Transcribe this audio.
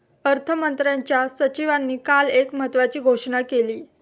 अर्थमंत्र्यांच्या सचिवांनी काल एक महत्त्वाची घोषणा केली